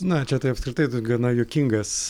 na čia tai apskritai gana juokingas